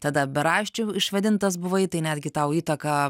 tada beraščiu išvadintas buvai tai netgi tau įtaką